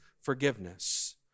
forgiveness